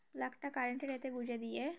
প্লাগটা কারেন্টের এতে গুঁজে দিয়ে